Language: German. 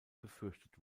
befürchtet